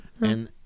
And-